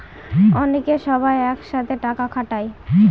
অনেকে সবাই এক সাথে টাকা খাটায়